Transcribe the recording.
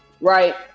Right